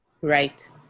right